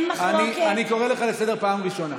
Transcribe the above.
אני קורא אותך לסדר פעם ראשונה.